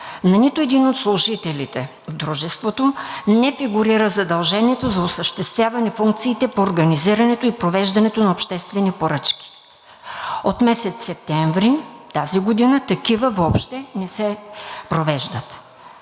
на нито един от служителите не фигурира задължението за осъществяване на функциите по организирането и провеждането на обществени поръчки. От месец септември тази година такива не се провеждат.